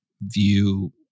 view